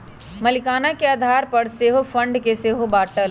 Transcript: मलीकाना के आधार पर सेहो फंड के सेहो बाटल